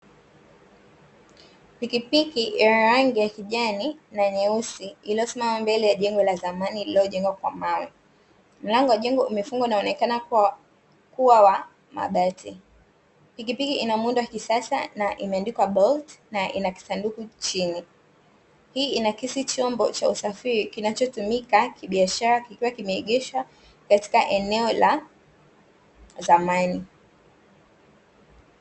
Pikipiki ya rangi ya kijani na nyeusi iliyosimama mbele ya jengo la zamani lililojengwa kwa mawe, mlango wa jengo umefungwa na unaonekana kuwa wa mabati, pikipiki ina muundo wa kisasa na imeandikwa Bolt, na ina kisanduku chini, hii inaakisi chombo cha usafiri kinachotumika kibiashara kikiwa kimeegeshwa katika eneo la zamani.